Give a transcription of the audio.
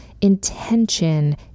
Intention